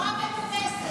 בצורה מנומסת.